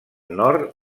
nord